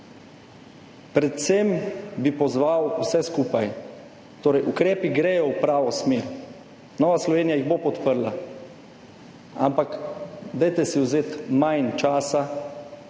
predvsem pozval vse skupaj, torej ukrepi grejo v pravo smer. Nova Slovenija jih bo podprla. Ampak dajte si vzeti manj časa